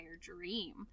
dream